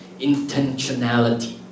intentionality